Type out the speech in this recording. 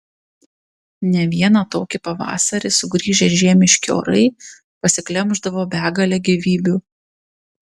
ne vieną tokį pavasarį sugrįžę žiemiški orai pasiglemždavo begalę gyvybių